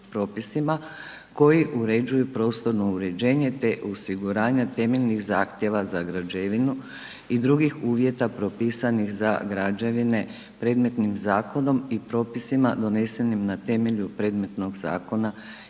koji uređuju prostorno uređenje, te osiguranja temeljnih zahtjeva za građevinu i drugih uvjeta propisanih za građevine predmetnim zakonom i propisima donesenim na temelju predmetnog zakona